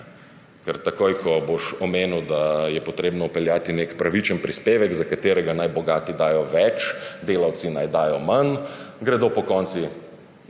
Ker takoj, ko boš omenil, da je treba vpeljati nek pravičen prispevek, za katerega naj bogati dajo več, delavci naj dajo manj, gredo pokonci